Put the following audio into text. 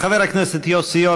חבר הכנסת יוסי יונה,